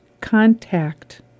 contact